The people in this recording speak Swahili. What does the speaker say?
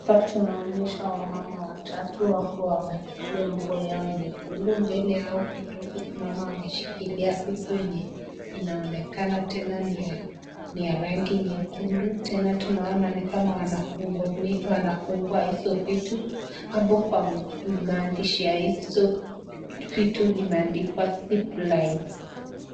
Hapa tunaonyeshwa wamama watatu wakiwa wamevalia nguo yao nyekundu mbele yao kidogo tunaona wameshikilia kitu inaonekana tena kuwa ni ya rangi nyekundu tena ni kama tunaona wanafungua hizo vitu hapo kwa maandhishi ya hizo vitu zimeandikwa zipline .